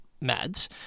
Mads